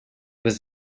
was